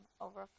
over